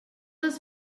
les